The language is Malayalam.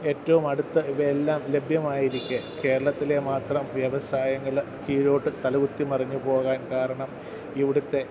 ഏറ്റവും അടുത്ത് ഇവയെല്ലാം ലഭ്യമായിരിക്കെ കേരളത്തിലെ മാത്രം വ്യവസായങ്ങൾ കീഴോട്ട് തലകുത്തിമറിഞ്ഞ് പോകാൻ കാരണം ഇവിടുത്തെ